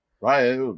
Right